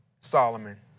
Solomon